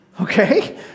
okay